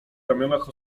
ramionach